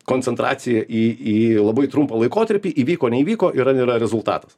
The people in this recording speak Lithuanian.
koncentracija į labai trumpą laikotarpį įvyko neįvyko yra nėra rezultatas